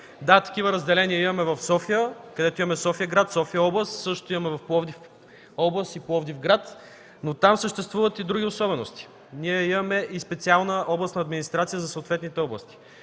Да, такива разделения имаме в София, където имаме София-град и София област, също в Пловдив, където имаме Пловдив-град и Пловдив област, но там съществуват и други особености. Ние имаме специална областна администрация със съответните области.